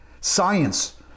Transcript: Science